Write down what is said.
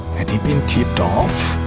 had he been tipped off?